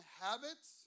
habits